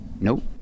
Nope